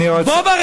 אז הינה פה,